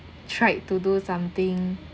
tried to do something